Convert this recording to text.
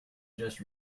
just